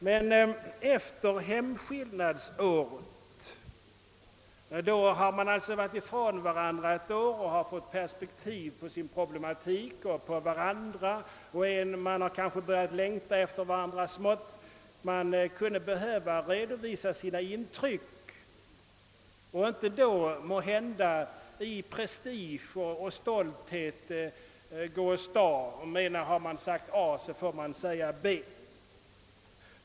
Men efter hemskillnadsåret är det annorlunda. Man har varit ifrån varandra ett år och fått perspektiv på sin problematik och på varandra — man har kanske börjat längta så smått efter varandra — då kan man behöva redovisa sina intryck så att man inte av prestige och stolthet fullföljer skilsmässan och menar att har man sagt A får man säga B.